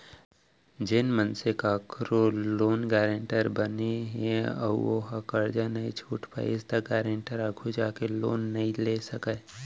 जेन मनसे कखरो लोन गारेंटर बने ह अउ ओहा करजा नइ छूट पाइस त गारेंटर आघु जाके लोन नइ ले सकय